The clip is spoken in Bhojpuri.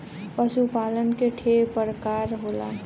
पशु पालन के ठे परकार होला